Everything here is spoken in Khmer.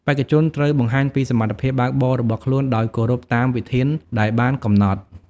បេក្ខជនត្រូវបង្ហាញពីសមត្ថភាពបើកបររបស់ខ្លួនដោយគោរពតាមវិធានដែលបានកំណត់។